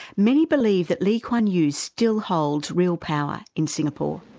many believe that lee kuan yew still holds real power in singapore.